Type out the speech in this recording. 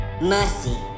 Mercy